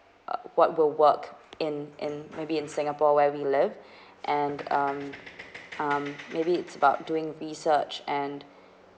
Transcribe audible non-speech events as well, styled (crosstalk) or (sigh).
uh what will work in in maybe in singapore where we live (breath) and um um maybe it's about doing research and